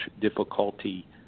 difficulty